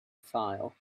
file